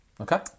Okay